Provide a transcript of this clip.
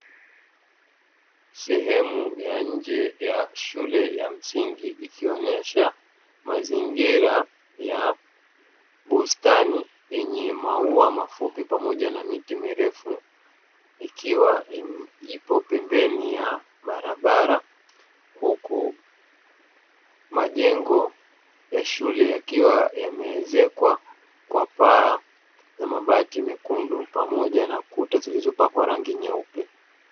Sehemu ya nje ya shule ya msingi ikionesha mazingira ya bustani yenye maua mafupi pamoja na miti mirefu ikiwa ipo pembeni ya barabara huku majengo ya shule yakiwa yameezekwa kwa paa na mabati mekundu pamoja na kuta zilizopakwa rangi nyeupe.